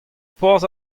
porzh